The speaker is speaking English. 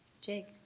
Jake